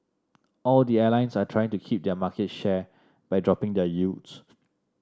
all the airlines are trying to keep their market share by dropping their yields